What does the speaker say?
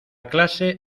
clase